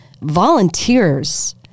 volunteers